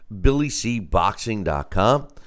billycboxing.com